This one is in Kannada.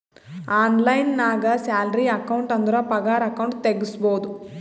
ಆನ್ಲೈನ್ ನಾಗ್ ಸ್ಯಾಲರಿ ಅಕೌಂಟ್ ಅಂದುರ್ ಪಗಾರ ಅಕೌಂಟ್ ತೆಗುಸ್ಬೋದು